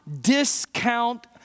discount